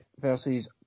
Versus